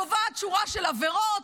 שקובעת שורה של עבירות,